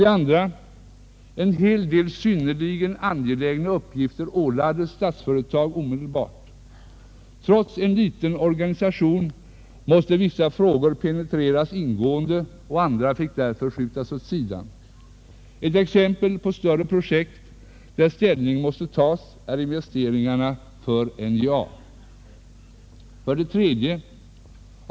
En hel del synnerligen angelägna uppgifter ålades Statsföretag omedelbart. Trots en liten organisation måste vissa frågor penetreras ingående, och andra fick därför skjutas åt sidan. Ett exempel på större projekt där ställning måste tas är investeringsprogrammet för NJA. 3.